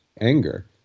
anger